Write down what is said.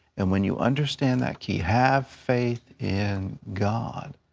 and when you understand that key, have faith in god,